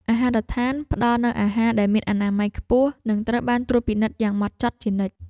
អាហារដ្ឋានផ្តល់នូវអាហារដែលមានអនាម័យខ្ពស់និងត្រូវបានត្រួតពិនិត្យយ៉ាងហ្មត់ចត់ជានិច្ច។